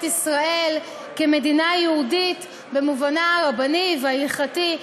ישראל כמדינה יהודית במובנה הרבני וההלכתי,